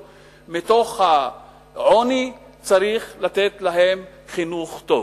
מתוך העוני, צריך לתת להן חינוך טוב.